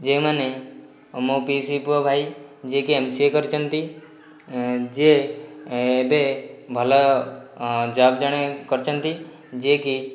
ଯେଉଁମାନେ ମୋ ପିଇସୀ ପୁଅ ଭାଇ ଯିଏକି ଏମ୍ସିଏ କରିଛନ୍ତି ଯିଏ ଏବେ ଭଲ ଜବ୍ ଜଣେ କରିଛନ୍ତି ଯିଏକି